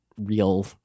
real